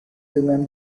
dengan